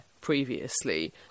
previously